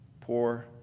poor